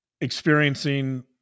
experiencing